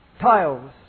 tiles